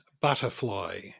butterfly